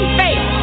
faith